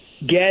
get